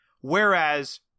Whereas